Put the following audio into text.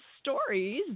Stories